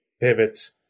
pivot